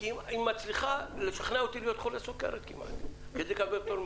היא כמעט מצליחה לשכנע אותי להיות חולה סוכרת כדי לקבל פטור.